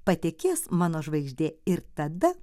patekės mano žvaigždė ir tada